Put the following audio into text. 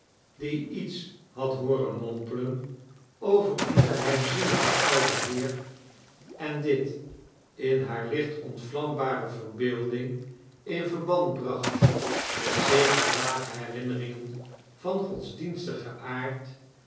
die iets had hooren mompelen over een geheimzinnigen ouden heer en dit in hare licht ontvlambare verbeelding in verband bracht met zekere vage herinneiringen van godsdienstigen